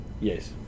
Yes